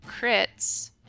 crits